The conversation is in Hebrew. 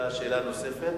זו היתה שאלה נוספת?